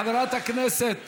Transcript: חברת הכנסת